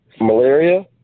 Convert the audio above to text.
malaria